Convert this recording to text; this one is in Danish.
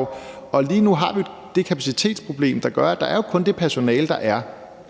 ud, og lige nu har vi det kapacitetsproblem, der gør, at der jo kun er det personale, der er,